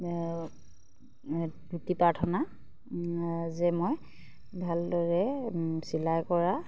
তুতি প্ৰাৰ্থনা যে মই ভালদৰে চিলাই কৰা